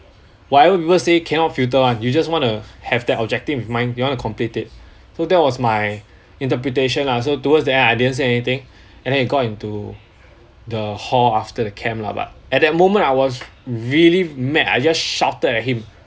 whatever people say cannot filter one you just wanna have that objective in mind you wanna complete it so that was my interpretation lah so towards the end I didn't say anything and then he got into the hall after the camp lah but at that moment I was really mad I just shouted at him